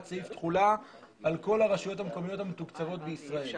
סעיף תחולה על כל הרשויות המקומיות המתוקצבות בישראל.